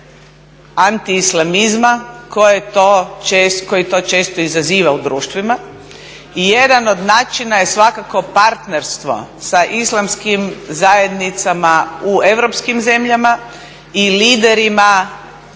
antiislamizma koji to često izaziva u društvima. I jedan od načina je svakako partnerstvo sa islamskim zajednicama u europskim zemljama i leaderima